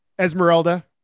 Esmeralda